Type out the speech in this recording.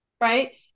Right